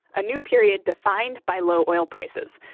a new period defined by low oil prices.